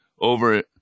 over